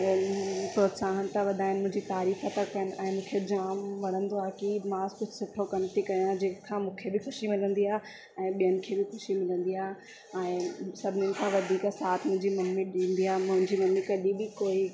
प्रोत्साहन था वधाइनि मुंहिंजी तारीफ़ु कंदा आहिनि ऐं मूंखे जाम वणंदो आहे कि मां कुझु सुठो कम थी कयां जंहिं खां मूंखे बि ख़ुशी मिलंदी आहे ऐं ॿियनि खे बि ख़ुशी मिलंदी आहे ऐं सभिनीनि खां वधीक साथ मुंहिंजी मम्मी ॾींदी आहे मुंहिंजी मम्मी कॾहिं बि कोई